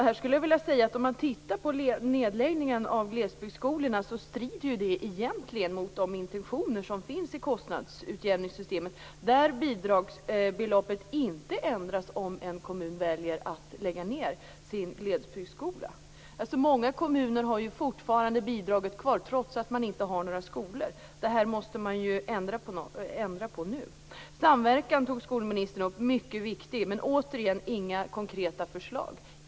Här skulle jag vilja säga att nedläggningen av glesbygdsskolorna egentligen strider mot de intentioner som finns i kostnadsutjämningssystemet, där bidragsbeloppet inte ändras om en kommun väljer att lägga ned sin glesbygdsskola. Många kommuner har ju fortfarande bidraget kvar, trots att man inte har några skolor. Det här måste man ändra på nu. Skolministern tog också upp samverkan. Det är mycket viktigt, men återigen: inga konkreta förslag.